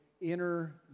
inner